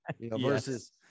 versus